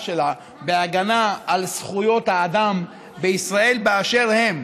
שלה בהגנה על זכויות האדם בישראל באשר הן,